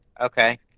Okay